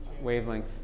wavelength